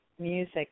music